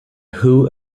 who